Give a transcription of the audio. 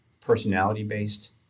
personality-based